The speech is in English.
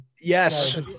yes